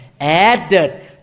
added